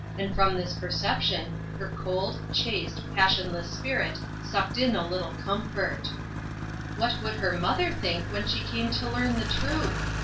and from this perception her cold, chaste, passionless spirit sucked in a little comfort what would her mother think when she came to learn the truth?